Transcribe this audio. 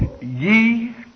ye